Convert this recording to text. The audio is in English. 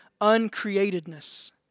uncreatedness